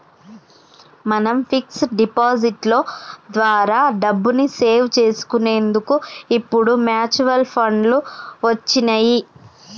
మనం fix deposit లో ద్వారా డబ్బుని సేవ్ చేసుకునేటందుకు ఇప్పుడు మ్యూచువల్ ఫండ్లు వచ్చినియ్యి